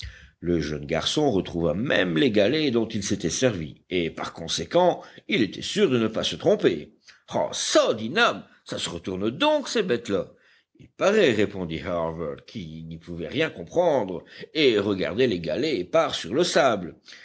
le jeune garçon retrouva même les galets dont il s'était servi et par conséquent il était sûr de ne pas se tromper ah çà dit nab ça se retourne donc ces bêtes-là il paraît répondit harbert qui n'y pouvait rien comprendre et regardait les galets épars sur le sable